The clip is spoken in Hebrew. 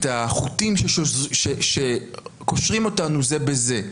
את החוטים שקושרים אותנו זה בזה.